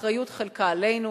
האחריות חלקה עלינו,